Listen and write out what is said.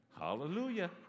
Hallelujah